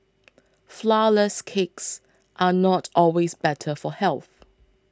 Flourless Cakes are not always better for health